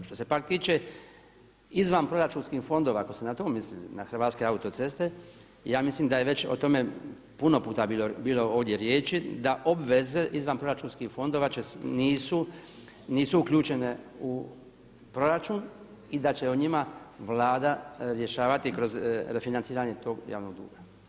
Što se pak tiče izvanproračunskih fondova ako ste na to mislili, na Hrvatske autoceste ja mislim da je već o tome puno puta bilo ovdje riječi, da obveze izvanproračunskih fondova nisu uključene u proračun i da će o njima Vlada rješavati kroz refinanciranje tog javnog duga.